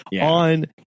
on